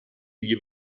gli